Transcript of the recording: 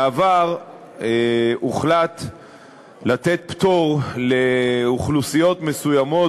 בעבר הוחלט לתת פטור לאוכלוסיות מסוימות,